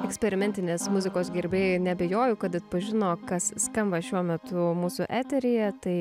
eksperimentinės muzikos gerbėjai neabejoju kad atpažino kas skamba šiuo metu mūsų eteryje tai